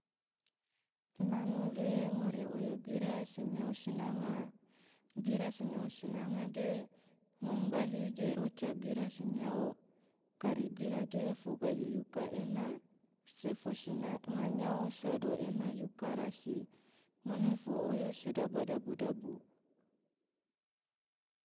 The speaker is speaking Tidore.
nange ge ngori oyo bira senyao sinanga, bira senyao sinanga ge ngom gahi ge roca bira senyao kari bira ge fogahiyuka ena sefosina nga nyao sado ena yuka rasi ngone fo oyo sedaba dabu dabu.